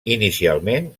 inicialment